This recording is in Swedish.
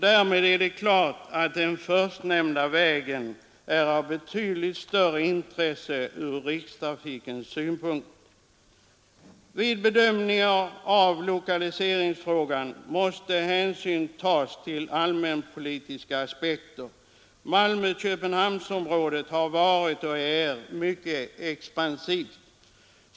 Därmed är det klart att den förstnämnda vägen är av betydligt större intresse från rikstrafikens synpunkt. Vid bedömning av lokaliseringsfrågan måste hänsyn tas till allmänpolitiska aspekter. Malmö-Köpenhamnsområdet har varit och är mycket expansivt.